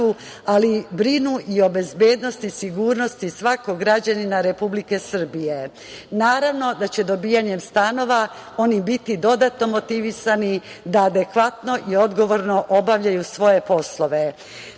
ali brinu i o bezbednosti i sigurnosti svakog građanina Republike Srbije. Naravno da će dobijanjem stanova oni biti dodatno motivisani da adekvatno i odgovorno obavljaju svoje poslove. Moram